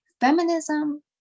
Feminism